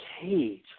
cage